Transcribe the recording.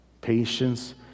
patience